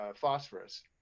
phosphorus